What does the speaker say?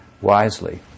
wisely